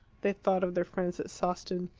they thought of their friends at sawston,